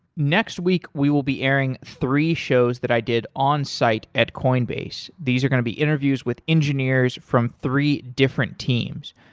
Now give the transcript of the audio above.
next week, we will be airing three shows that i did on site at coinbase, these are going to be interviews with engineers from three different teams.